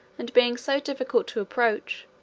and being so difficult to approach,